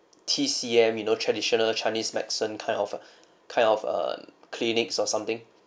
T_C_M you know traditional chinese medicine kind of kind of um clinics or something